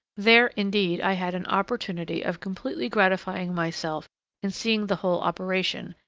there, indeed, i had an opportunity of completely gratifying myself in seeing the whole operation,